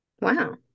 Wow